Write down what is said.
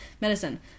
medicine